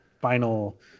final